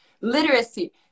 literacy